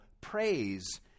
praise